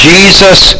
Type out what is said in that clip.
Jesus